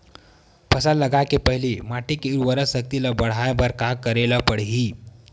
फसल लगाय के पहिली माटी के उरवरा शक्ति ल बढ़ाय बर का करेला पढ़ही?